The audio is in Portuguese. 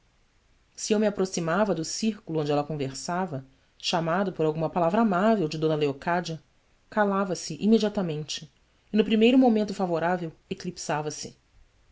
se eu me aproximava do círculo onde ela conversava chamado por alguma palavra amável de d leocádia calava-se imediatamente e no primeiro momento favorável